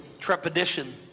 trepidation